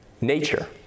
nature